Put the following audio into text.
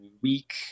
week